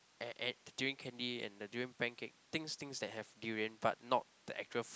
and and durian candy and the durian pancake things things that have durian but not the actual